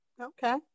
Okay